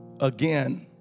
again